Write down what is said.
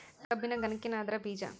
ಕಬ್ಬಿನ ಗನಕಿನ ಅದ್ರ ಬೇಜಾ